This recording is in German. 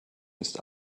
ist